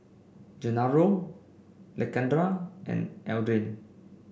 Gennaro Lakendra and Adrain